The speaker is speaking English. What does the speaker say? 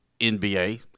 NBA